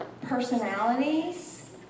personalities